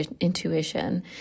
intuition